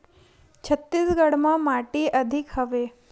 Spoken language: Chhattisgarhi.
छत्तीसगढ़ म का माटी अधिक हवे?